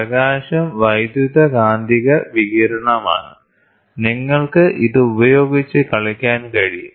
പ്രകാശം വൈദ്യുതകാന്തിക വികിരണമാണ് നിങ്ങൾക്ക് ഇത് ഉപയോഗിച്ച് കളിക്കാൻ കഴിയും